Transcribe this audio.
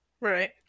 Right